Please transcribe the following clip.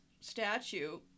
statue